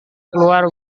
keluar